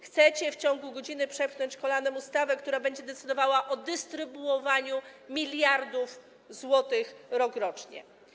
Chcecie w ciągu godziny przepchnąć kolanem ustawę, która będzie decydowała o dystrybuowaniu miliardów złotych rokrocznie.